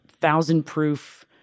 thousand-proof